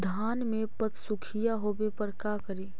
धान मे पत्सुखीया होबे पर का करि?